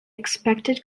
expected